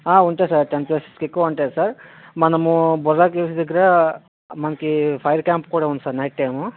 ఉంటాయి sir ten ప్లేసెస్కి ఎక్కువే ఉంటాయి సార్ మనము బుర్రా కేవ్స్ దగ్గిర మనకి ఫైర్ క్యాంప్ కూడా ఉంది సార్ నైట్ టైము